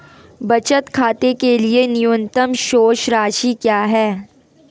बचत खाते के लिए न्यूनतम शेष राशि क्या है?